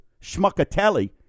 Schmuckatelli